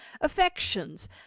affections